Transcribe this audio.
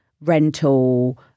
rental